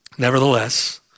Nevertheless